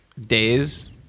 days